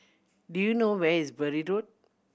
do you know where is Bury Road